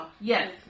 Yes